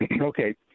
Okay